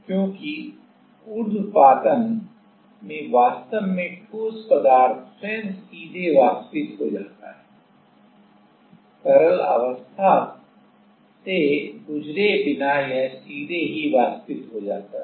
क्योंकि उर्ध्वपातन में वास्तव में ठोस पदार्थ स्वयं सीधे वाष्पित हो जाता है तरल अवस्था से गुजरे बिना यह सीधे ही वाष्पित हो जाता है